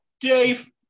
Dave